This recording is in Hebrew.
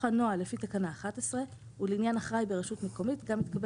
הוכן נוהל לפי תקנה 11 ולעניין אחראי ברשות מקומית - גם התקבל